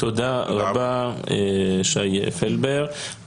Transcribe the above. תודה רבה שי פלבר.